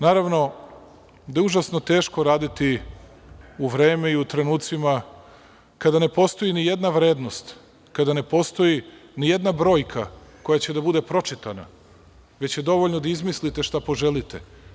Naravno, da je užasno teško raditi u vreme i u trenucima kada ne postoji ni jedna vrednost, kada ne postoji ni jedna brojka koja će da bude pročitana, već je dovoljno da izmislite šta poželite.